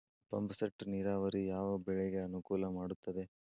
Pump set ನೇರಾವರಿ ಯಾವ್ ಬೆಳೆಗೆ ಅನುಕೂಲ ಮಾಡುತ್ತದೆ?